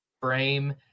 frame